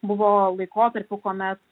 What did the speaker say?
buvo laikotarpių kuomet